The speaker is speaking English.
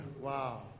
Wow